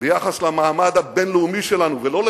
ביחס למעמד הבין-לאומי שלנו גם כממשלה וגם כאופוזיציה,